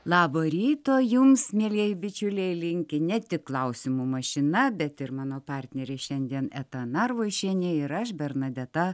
labo ryto jums mielieji bičiuliai linki ne tik klausimų mašina bet ir mano partnerė šiandien eta narvošienė ir aš bernadeta